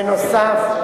בנוסף,